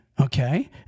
Okay